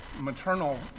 maternal